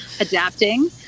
adapting